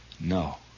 No